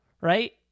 right